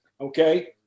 Okay